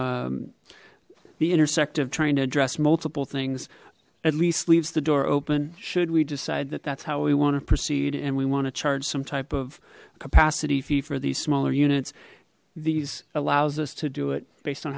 the intersect of trying to address multiple things at least leaves the door open should we decide that that's how we want to proceed and we want to charge some type of capacity fee for these smaller units these allows us to do it based on